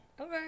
Okay